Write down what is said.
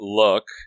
look